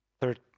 Third